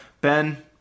Ben